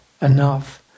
enough